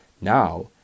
Now